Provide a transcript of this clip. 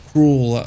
cruel